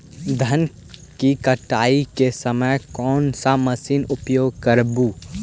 धान की कटाई के समय कोन सा मशीन उपयोग करबू?